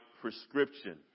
prescription